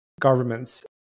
governments